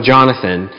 Jonathan